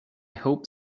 hope